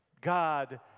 God